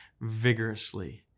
vigorously